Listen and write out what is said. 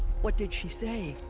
what did she say?